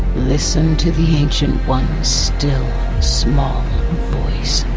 listen to the ancient ones' still, small voice.